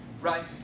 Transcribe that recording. Right